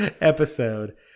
episode